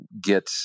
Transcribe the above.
get